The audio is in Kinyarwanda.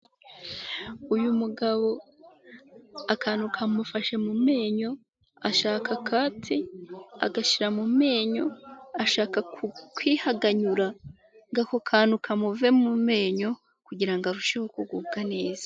Uyu mugabo akantu kamufashe mu menyo, ashaka akatsi agashyira mu menyo, ashaka kwihaganyura ngo ako kantu kamuve mu menyo kugira ngo arusheho kugubwa neza.